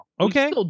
Okay